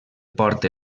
port